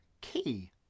key